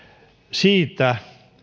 siitä